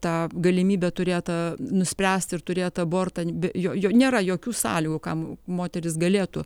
tą galimybę turėt nuspręst ir turėt abortą be jo jo jo nėra jokių sąlygų kam moteris galėtų